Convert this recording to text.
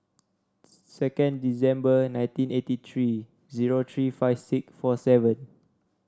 second December nineteen eighty three zero three five six four seven